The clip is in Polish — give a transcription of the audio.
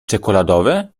czekoladowe